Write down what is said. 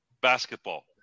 basketball